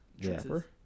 Trapper